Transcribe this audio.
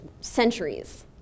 centuries